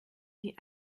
die